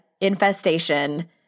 infestation